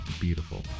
Beautiful